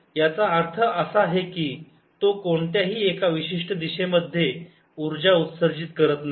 याचा अर्थ असा आहे तो कोणत्याही एका विशिष्ट दिशेमध्ये उर्जा उत्सर्जित करत नाही